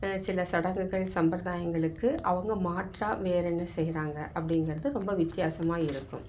சில சடங்குகள் சம்பிரதாயங்களுக்கு அவங்க மாற்றா வேற என்ன செய்கிறாங்க அப்படிங்கிறது ரொம்ப வித்தியாசமாக இருக்கும்